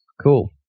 Cool